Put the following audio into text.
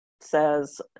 says